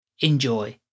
Enjoy